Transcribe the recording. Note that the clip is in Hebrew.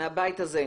מהבית הזה,